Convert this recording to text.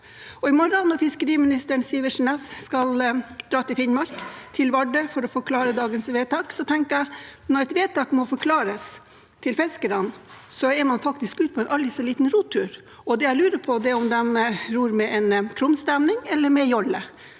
med. Fiskeriminister Sivertsen Næss skal dra til Finnmark og Vardø for å forklare dagens vedtak. Jeg tenker at når et vedtak må forklares til fiskerne, er man ute på en aldri så liten rotur. Det jeg lurer på, er om de ror med krumstemning eller med jolle.